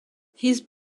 his